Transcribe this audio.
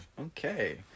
okay